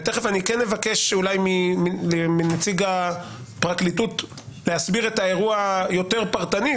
ותכף אני כן אבקש אולי מנציג הפרקליטות להסביר את האירוע יותר פרטנית,